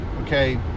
Okay